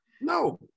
No